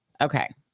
Okay